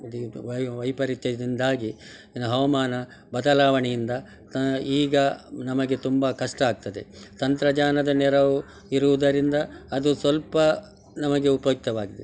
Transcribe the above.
the ವೈ ವೈಪರೀತ್ಯದಿಂದಾಗಿ ಏನು ಹವಾಮಾನ ಬದಲಾವಣೆಯಿಂದ ಈಗ ನಮಗೆ ತುಂಬ ಕಷ್ಟ ಆಗ್ತದೆ ತಂತ್ರಜ್ಞಾನದ ನೆರವು ಇರುವುದರಿಂದ ಅದು ಸ್ವಲ್ಪ ನಮಗೆ ಉಪಯುಕ್ತವಾಗಿದೆ